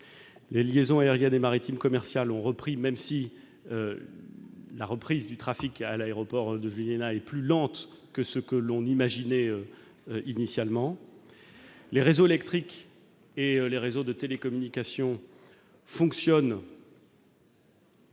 les liaisons aériennes et maritimes commerciales ont repris, même si la reprise du trafic à l'aéroport Princess Juliana est plus lente que ce que l'on imaginait initialement. Les réseaux électriques et de télécommunications fonctionnent,